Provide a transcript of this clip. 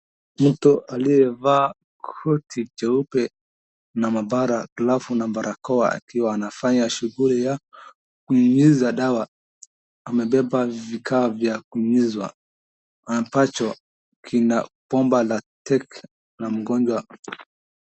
Mtu aliyevaa koti jeupe na maaabara alafu na barakoa akiwa anafanya shughuli ya kunyunyiza dawa. Amebeba vifaa vya kunyunyiza ambacho kina bomba la tanki la mgonjwa.